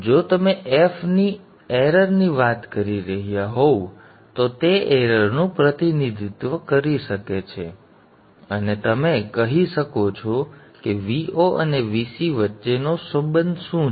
જો તમે f ની એરરની વાત કરી રહ્યા હોવ તો તે એરરનું પ્રતિનિધિત્વ કરી શકે છે અને તમે કહી શકો છો કે Vo અને Vc વચ્ચેનો સંબંધ શું છે